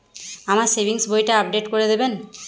আমার সেভিংস বইটা আপডেট করে দেবেন?